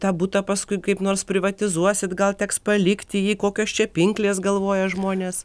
tą butą paskui kaip nors privatizuosit gal teks palikti jį kokios čia pinklės galvoja žmonės